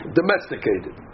domesticated